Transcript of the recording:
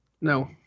No